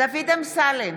דוד אמסלם,